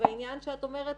את אומרת